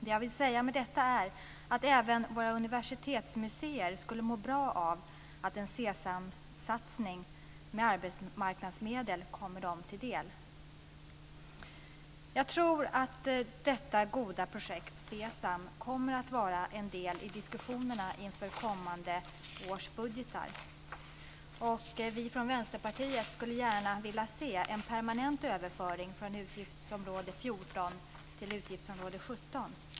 Det jag vill säga med detta är att även våra universitetsmuseer skulle må bra av att en SESAM satsning med arbetsmarknadsmedel kommer dem till del. Jag tror att detta goda projekt - SESAM - kommer att vara en del i diskussionerna inför kommande års budgetar. Vi från Vänsterpartiet skulle gärna vilja se en permanent överföring från utgiftsområde 14 till utgiftsområde 17.